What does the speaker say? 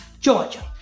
Georgia